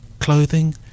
clothing